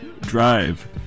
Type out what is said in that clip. drive